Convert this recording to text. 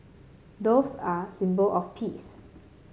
doves are a symbol of peace